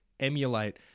emulate